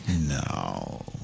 No